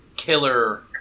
killer